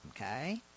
okay